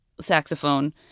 saxophone